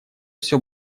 все